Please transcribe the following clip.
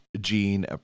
Gene